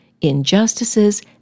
injustices